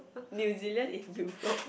New-Zealand in Europe